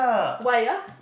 why ah